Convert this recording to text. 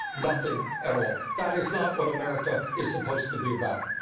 nothing at all. that is not what america is supposed to be about.